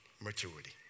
maturity